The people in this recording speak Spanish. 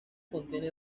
contiene